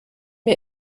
mir